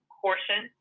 portion